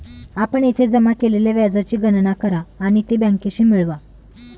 आपण येथे जमा केलेल्या व्याजाची गणना करा आणि ती बँकेशी मिळवा